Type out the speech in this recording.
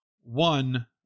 One